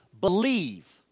believe